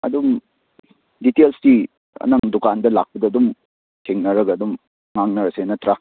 ꯑꯗꯨꯝ ꯗꯤꯇꯦꯜꯁꯇꯤ ꯅꯪ ꯗꯨꯀꯥꯟꯗ ꯂꯥꯛꯄꯗ ꯑꯗꯨꯝ ꯊꯦꯡꯅꯔꯒ ꯑꯗꯨꯝ ꯉꯥꯡꯅꯔꯁꯦ ꯅꯠꯇ꯭ꯔꯥ